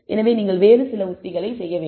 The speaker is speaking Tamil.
எனவே நீங்கள் வேறு சில உத்திகளை செய்ய வேண்டும்